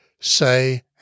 say